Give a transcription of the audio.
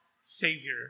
Savior